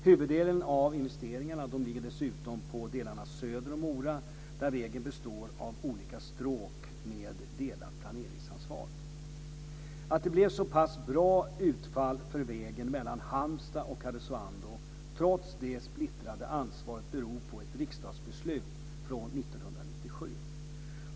Huvuddelen av investeringarna ligger dessutom på delarna söder om Mora, där vägen består av olika stråk med delat planeringsansvar. Att det blev så pass bra utfall för vägen mellan Halmstad och Karesuando trots det splittrade ansvaret beror på ett riksdagsbeslut från 1997.